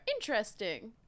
Interesting